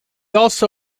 also